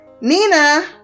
nina